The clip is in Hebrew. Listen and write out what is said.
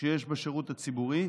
שיש בשירות הציבורי.